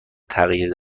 تغییر